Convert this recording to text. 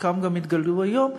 וחלקן גם התגלעו היום,